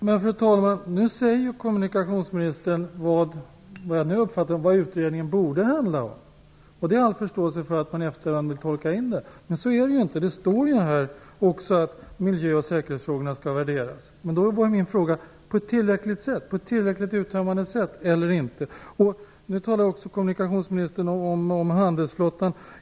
Fru talman! Nu säger kommunikationsministern vad utredningen borde handla om. Jag har förståelse för att man i efterhand vill tolka in det. Men det står redan att miljö och säkerhetsfrågorna skall värderas. Min fråga var om detta görs på ett tillräckligt uttömmande sätt eller inte. Nu talar kommunikationsministern också om handelsflottan.